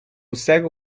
cego